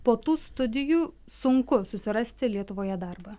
po tų studijų sunku susirasti lietuvoje darbą